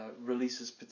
releases